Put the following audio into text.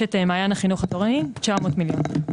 וברשת מעיין החינוך התורני 900 מיליון.